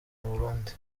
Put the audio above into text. burundi